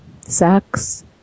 sex